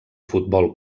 futbol